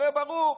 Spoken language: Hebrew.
הרי ברור,